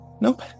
Nope